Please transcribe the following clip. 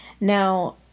Now